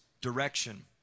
direction